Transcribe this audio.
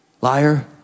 liar